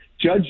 Judge